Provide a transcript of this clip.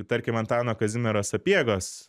tarkim antano kazimiero sapiegos